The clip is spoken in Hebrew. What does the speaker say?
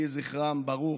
יהי זכרם ברוך.